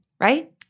right